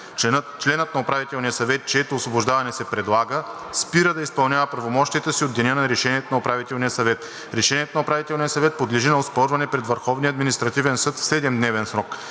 Членът на Управителния съвет, чието освобождаване се предлага, спира да изпълнява правомощията си от деня на решението на Управителния съвет. Решението на Управителния съвет подлежи на оспорване пред Върховния